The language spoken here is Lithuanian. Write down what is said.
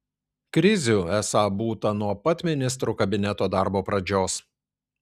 krizių esą būta nuo pat ministrų kabineto darbo pradžios